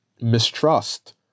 mistrust